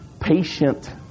patient